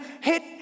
hit